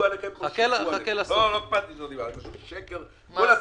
הזה הוא שקר.